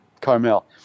Carmel